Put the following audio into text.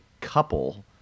couple